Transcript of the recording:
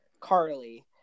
Carly